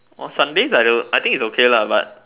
orh sundaes I don't I think it's okay lah but